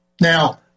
Now